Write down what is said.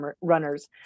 runners